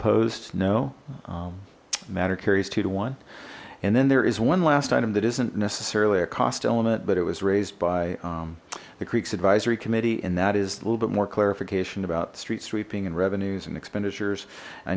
no matter carries two to one and then there is one last item that isn't necessarily a cost element but it was raised by the creeks advisory committee and that is a little bit more clarification about street sweeping and revenues and expenditures i